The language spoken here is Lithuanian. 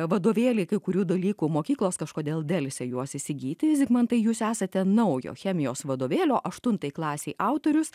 vadovėliai kai kurių dalykų mokyklos kažkodėl delsia juos įsigyti zigmantai jūs esate naujo chemijos vadovėlio aštuntai klasei autorius